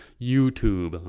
youtube,